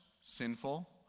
sinful